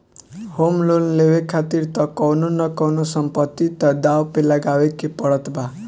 home loan लेवे खातिर तअ कवनो न कवनो संपत्ति तअ दाव पे लगावे के पड़त बा